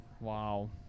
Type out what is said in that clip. wow